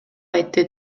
айтты